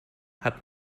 hat